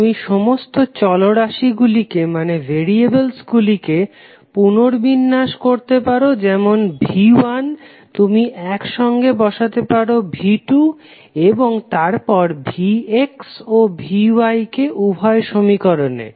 তুমি সমস্ত চলরাশিগুলিকে পুনর্বিন্যাস করতে পারো যেমন V1 তুমি একসঙ্গে বসাতে পারো V2 এবং তারপর VX ও VY কে উভয় সমীকরণে